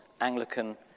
Anglican